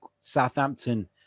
Southampton